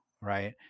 right